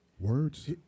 Words